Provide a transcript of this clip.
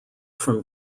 from